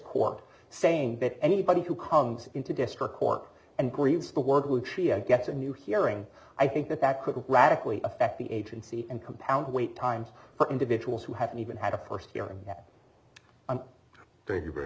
court saying that anybody who comes into district court and the world would she gets a new hearing i think that that could radically affect the agency and compound wait times for individuals who haven't even had a st hearin